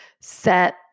set